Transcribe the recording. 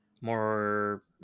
more